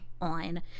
on